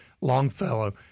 Longfellow